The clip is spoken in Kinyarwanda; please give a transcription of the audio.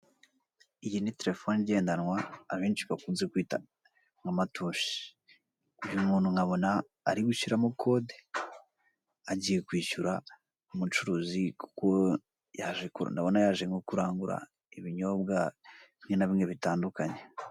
Iyi ni terefone igendanwa abenshi bakunze kwita nka matushi, uyu muntu nkabona ari gushyiramo kode agiye kwishyura umucuruzi kuko ndabona yaje nko kurangura ibinyobwa bimwe na bimwe bitandukanye.